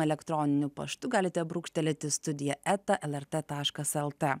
elektroniniu paštu galite brūkštelėti studija eta lrt taškas lt